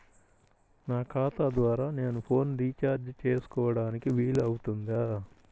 నా ఖాతా ద్వారా నేను ఫోన్ రీఛార్జ్ చేసుకోవడానికి వీలు అవుతుందా?